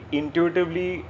intuitively